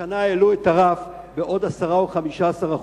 השנה העלו את הרף ב-10% או ב-15%.